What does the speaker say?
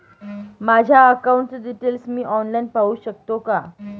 माझ्या अकाउंटचे डिटेल्स मी ऑनलाईन पाहू शकतो का?